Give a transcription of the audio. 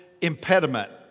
impediment